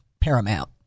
paramount